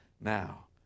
now